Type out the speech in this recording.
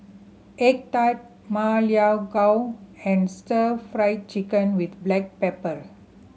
egg tart Ma Lai Gao and Stir Fry Chicken with black pepper